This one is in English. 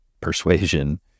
persuasion